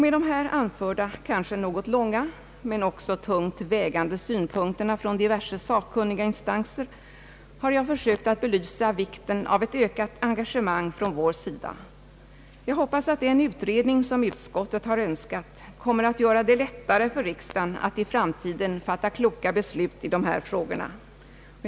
Med de här anförda, tungt vägande synpunkterna från diverse sakkunniga instanser har jag försökt belysa vikten av ett ökat engagemang från vår sida. Jag hoppas att den utredning som utskottet har önskat kommer att göra det lättare för riksdagen att i framtiden fatta kloka beslut i de här frågorna.